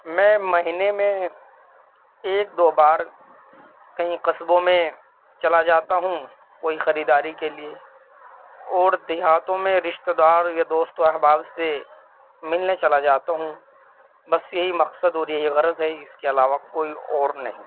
میں مہینے میں ایک دو بار کہیں قصبوں میں چلا جاتا ہوں کوئی خریداری کے لیے اور دیہاتوں میں رشتےدار یا دوست و احباب سے ملنے چلا جاتا ہوں بس یہی مقصد اور یہی غرض ہے اس کے علاوہ کوئی اور نہیں